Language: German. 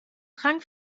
trank